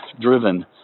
driven